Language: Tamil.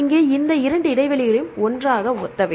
இங்கே இந்த 2 இடைவெளிகளும் ஒன்றாக ஒத்தவை